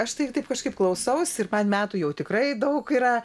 aš tai taip kažkaip klausausi ir man metų jau tikrai daug yra